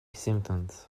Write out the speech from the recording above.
symptoms